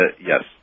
yes